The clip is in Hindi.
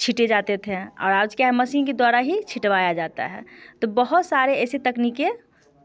छीटे जाते थे और आज क्या है मशीन के द्वारा ही छिटवाया जाता है तो बहुत सारे ऐसे तकनीकें